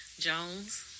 Jones